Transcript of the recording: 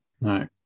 No